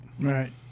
right